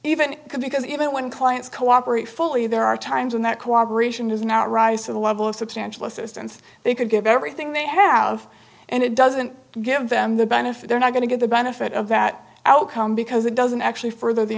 even because even when clients cooperate fully there are times when that cooperation does not rise to the level of substantial assistance they could give everything they have and it doesn't give them the benefit they're not going to get the benefit of that outcome because it doesn't actually further the